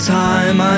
time